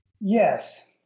Yes